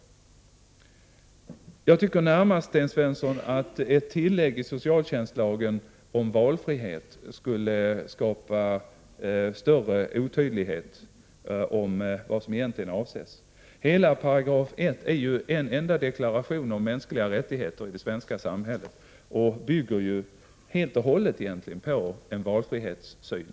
Jag tycker närmast att ett tillägg i socialtjänstlagen om valfrihet skulle skapa större otydlighet om vad som egentligen avses. Hela första paragrafen är ju en enda deklaration om mänskliga rättigheter i det svenska samhället. Den paragrafen bygger helt och hållet på en valfrihetssyn.